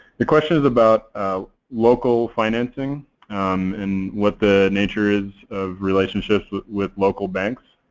the question is about local financing and what the nature is of relationships with local banks.